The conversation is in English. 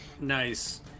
Nice